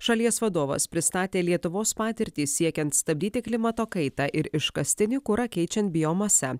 šalies vadovas pristatė lietuvos patirtį siekiant stabdyti klimato kaitą ir iškastinį kurą keičiant biomase